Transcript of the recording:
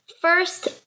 First